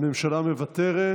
בבקשה, הממשלה מוותרת.